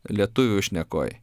lietuvių šnekoj